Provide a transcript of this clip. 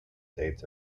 dates